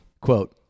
Quote